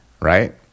right